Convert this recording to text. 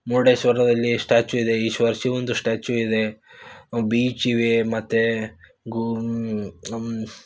ಮುರುಡೇಶ್ವರದಲ್ಲಿ statue ಇದೆ ಈಶ್ವರ ಶಿವಂದು ಸ್ಟ್ಯಾಚ್ಯು ಇದೆ ಬೀಚ್ ಇವೆ ಮತ್ತು ಗೂ